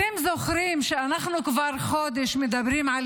אתם זוכרים שכבר חודש אנחנו מדברים על